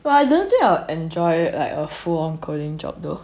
but I don't think I will enjoy a full on coding job though